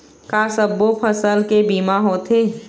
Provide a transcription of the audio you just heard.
का सब्बो फसल के बीमा होथे?